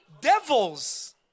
Devils